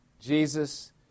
Jesus